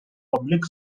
public